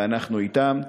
ואנחנו אתם.